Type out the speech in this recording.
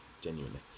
genuinely